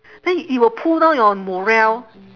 then it will pull down your morale